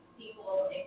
people